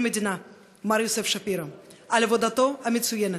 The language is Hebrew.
המדינה מר יוסף שפירא על עבודתו המצוינת,